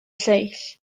lleill